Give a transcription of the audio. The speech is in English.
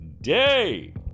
day